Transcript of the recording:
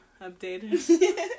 updated